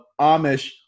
amish